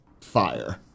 fire